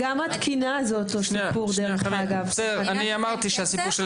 גם התקינה זה סיפור ש- בסדר, אני אמרתי שהסיפור של